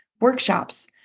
workshops